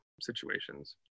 situations